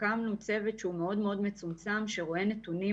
הקמנו צוות שהוא מאוד מאוד מצומצם שרואה נתונים